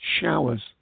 showers